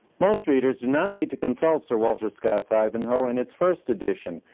most readers do not need to consult sir walter scott's ivanhoe in its first edition,